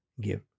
give